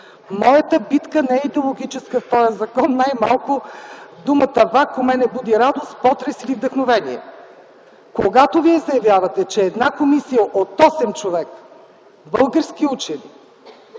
Моята битка не е идеологическа в тоя закон, най-малко думата ВАК у мен буди радост, потрес или вдъхновение. Когато Вие заявявате, че една комисия от 8 човека български учени